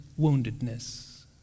woundedness